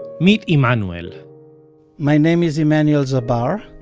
meet emanuel my name is emanuel sabar.